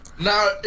now